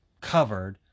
covered